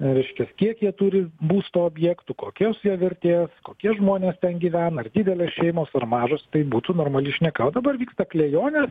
reišlkia kiek jie turi būsto objektų kokios jo vertės kokie žmonės ten gyvena ar didelės šeimos ar mažos tai būtų normali šneka o dabar vyksta klejonės